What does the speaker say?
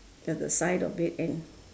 at the side of it and